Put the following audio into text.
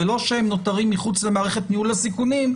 ולא שהם נותרים מחוץ למערכת ניהול הסיכונים,